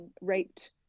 raped